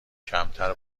کمتر